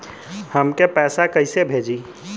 हमके पैसा कइसे भेजी?